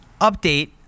Update